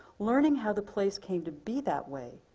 learning how the place came to be that way,